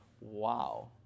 wow